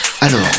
Alors